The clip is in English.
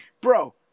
bro